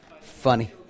Funny